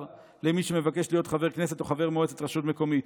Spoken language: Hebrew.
למי שמבקש להיות חבר הכנסת או חבר מועצת רשות מקומית.